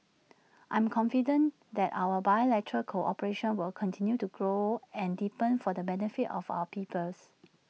I am confident that our bilateral cooperation will continue to grow and deepen for the benefit of our peoples